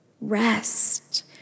rest